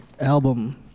album